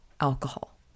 alcohol